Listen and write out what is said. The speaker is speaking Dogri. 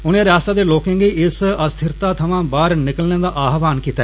उनें रियासता दे लोकें गी इस अस्थिरता थवां बाहर निकलने दा आहवान कीता